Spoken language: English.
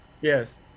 yes